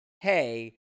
hey